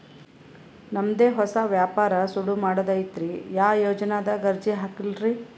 ನಮ್ ದೆ ಹೊಸಾ ವ್ಯಾಪಾರ ಸುರು ಮಾಡದೈತ್ರಿ, ಯಾ ಯೊಜನಾದಾಗ ಅರ್ಜಿ ಹಾಕ್ಲಿ ರಿ?